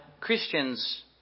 Christians